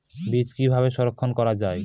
বীজ কিভাবে সংরক্ষণ করা যায়?